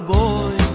boy